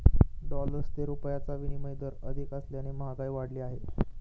dollar ते रुपयाचा विनिमय दर अधिक असल्याने महागाई वाढली आहे